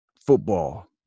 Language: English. football